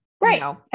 right